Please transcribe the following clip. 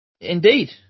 Indeed